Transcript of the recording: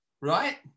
right